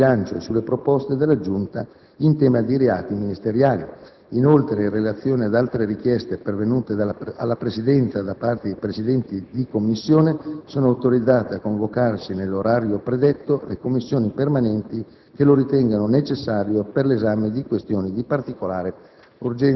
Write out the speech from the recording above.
e di bilancio e sulle proposte della Giunta in tema di reati ministeriali. Inoltre, in relazione ad altre richieste pervenute alla Presidenza da parte di Presidenti di Commissione, sono autorizzate a convocarsi, nell'orario predetto, le Commissioni permanenti che lo ritengano necessario per l'esame di questioni di particolare urgenza.